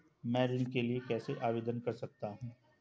मैं ऋण के लिए कैसे आवेदन कर सकता हूं?